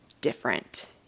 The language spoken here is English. different